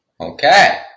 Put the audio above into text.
Okay